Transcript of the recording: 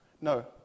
No